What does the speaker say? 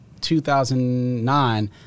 2009